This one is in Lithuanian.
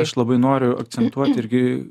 aš labai noriu akcentuot irgi